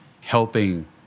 helping